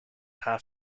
half